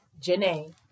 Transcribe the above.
Janae